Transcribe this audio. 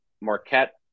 Marquette